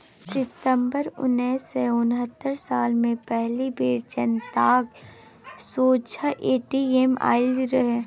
सितंबर उन्नैस सय उनहत्तर साल मे पहिल बेर जनताक सोंझाँ ए.टी.एम आएल रहय